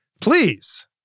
Please